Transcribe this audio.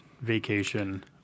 vacation